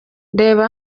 reba